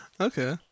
Okay